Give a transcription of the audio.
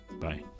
Bye